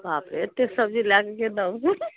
बाप रे एतेक सब्जी लए कऽ के